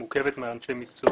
היא מורכבת מאנשי מקצוע